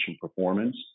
performance